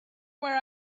where